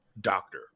doctor